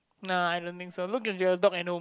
nah I don't think so look at your dog at home